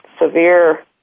severe